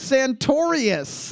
Santorius